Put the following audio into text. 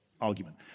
argument